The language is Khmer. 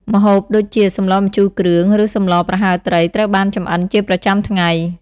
ម្ហូបដូចជា សម្លម្ជូរគ្រឿង ឬសម្លរប្រហើរត្រី ត្រូវបានចម្អិនជាប្រចាំថ្ងៃ។